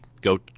go